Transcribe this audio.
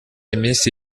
iminsi